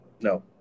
No